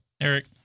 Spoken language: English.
Eric